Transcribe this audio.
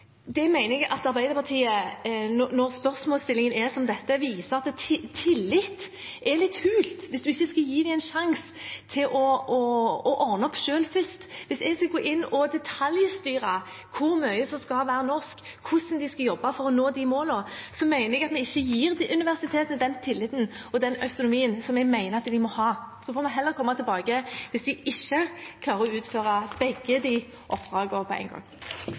mener at Arbeiderpartiet, når spørsmålsstillingen er som dette, viser at tillit er litt hult hvis man ikke skal gi dem en sjanse til å ordne opp selv først. Hvis jeg skal gå inn og detaljstyre hvor mye som skal være norsk, hvordan de skal jobbe for å nå de målene, mener jeg vi ikke gir universitetene den tilliten og den autonomien som jeg mener at de må ha. Så får vi heller komme tilbake hvis de ikke klarer å utføre begge oppdragene på én gang.